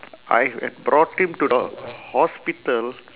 I had brought him to the hospital